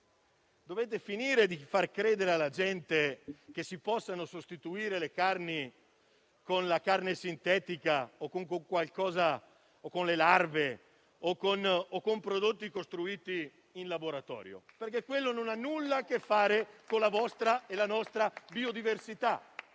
Dovete smettere di far credere alla gente che si possa sostituire la carne con quella sintetica o con le larve o con prodotti costruiti in laboratorio. Quei prodotti non hanno nulla a che fare con la vostra e la nostra biodiversità.